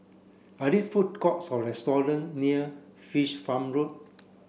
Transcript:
are these food courts or restaurant near Fish Farm Road